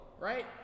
right